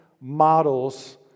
models